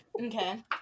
Okay